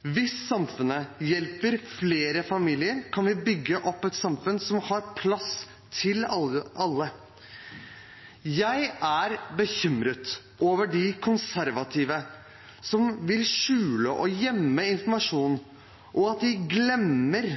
Hvis samfunnet hjelper flere familier, kan vi bygge opp et samfunn som har plass til alle. Jeg er bekymret over de konservative som vil skjule og gjemme informasjon, og at de glemmer